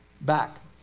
back